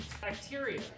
Bacteria